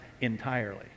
entirely